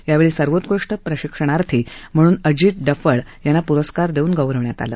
यावेळी सर्वोकृष्ट प्रशिक्षणार्थी म्हणून अजित डफळ यांना प्रस्कार देत गौरविण्यात आले